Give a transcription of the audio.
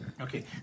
Okay